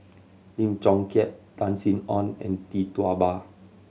Lim Chong Keat Tan Sin Aun and Tee Tua Ba